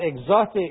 exotic